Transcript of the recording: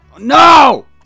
No